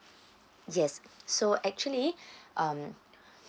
yes so actually um